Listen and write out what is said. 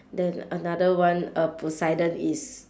then another one uh poseidon is